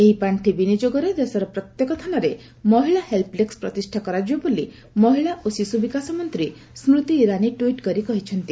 ଏହି ପାଣ୍ଠି ବିନିଯୋଗରେ ଦେଶର ପ୍ରତ୍ୟେକ ଥାନାରେ ମହିଳା ହେଲ୍ସ ଡେସ୍କ୍ ପ୍ରତିଷ୍ଠା କରାଯିବ ବୋଲି ମହିଳା ଓ ଶିଶୁ ବିକାଶ ମନ୍ତ୍ରୀ ସ୍ମତି ଇରାନୀ ଟ୍ୱିଟ୍ କରି କହିଛନ୍ତି